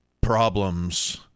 problems